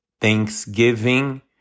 Thanksgiving